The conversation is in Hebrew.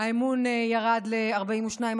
האמון ירד ל-42%,